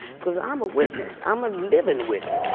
because i'm a witness, i'm a living witness,